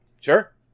sure